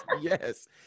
Yes